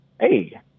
Hey